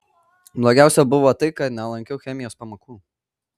blogiausia buvo tai kad nelankiau chemijos pamokų